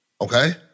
Okay